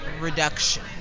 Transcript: reduction